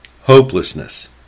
Hopelessness